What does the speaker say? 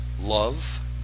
love